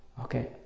Okay